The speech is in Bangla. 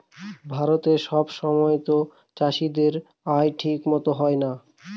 ভারতে সব সময়তো চাষীদের আয় ঠিক মতো হয় না